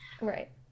Right